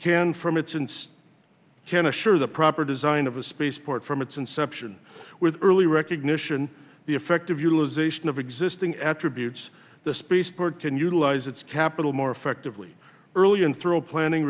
can from it since i can assure the proper design of a spaceport from its inception with early recognition the effect of utilization of existing attributes the spaceport can utilize its capital more effectively early and throw planning